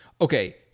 Okay